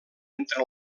entre